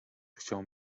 chciał